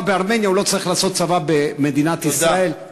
בארמניה לא צריך לעשות צבא במדינת ישראל?